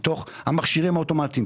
בתוך המכשירים האוטומטיים.